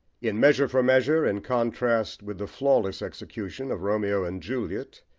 in measure for measure, in contrast with the flawless execution of romeo and juliet,